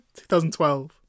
2012